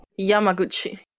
Yamaguchi